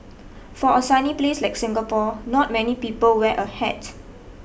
for a sunny place like Singapore not many people wear a hat